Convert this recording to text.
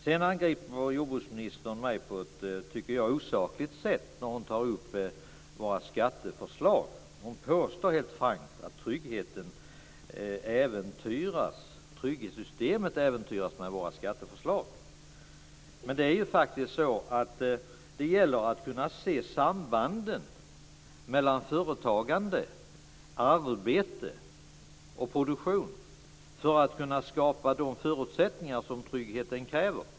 Sedan angriper jordbruksministern mig på ett, tycker jag, osakligt sätt när hon tar upp våra skatteförslag. Hon påstår helt frankt att trygghetssystemen äventyras med våra skatteförslag. Men det gäller ju att kunna se sambanden mellan företagande, arbete och produktion för att kunna skapa de förutsättningar som tryggheten kräver.